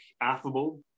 affable